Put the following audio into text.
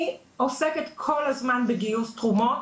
אני עוסקת כל הזמן בגיוס תרומות,